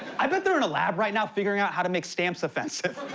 i bet they're in a lab right now figuring out how to make stamps offensive.